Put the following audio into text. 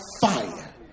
fire